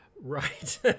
right